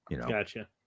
Gotcha